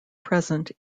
present